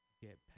get